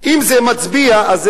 אם זה מצביע על משהו,